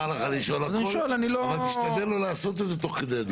מותר לך לשאול הכול אבל תשתדל לא לעשות את זה תוך כדי הדיבור.